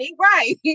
Right